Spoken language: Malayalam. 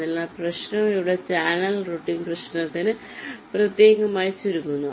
അതിനാൽ പ്രശ്നം ഇവിടെ ചാനൽ റൂട്ടിംഗ് പ്രശ്നത്തിലേക്ക് പ്രത്യേകമായി ചുരുങ്ങുന്നു